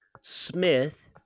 Smith